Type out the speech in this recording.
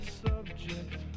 subject